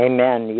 Amen